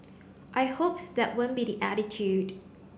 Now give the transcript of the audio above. I hope that won't be the attitude